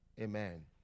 Amen